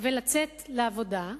ולצאת לעבודה,